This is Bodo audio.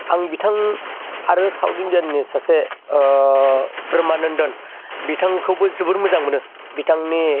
आं बिथां आरो साउट इण्डियाननि सासे ब्रहानन्दन बिथांखौबो जोबोर मोजां मोनो बिथांनि